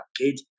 kid